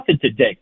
today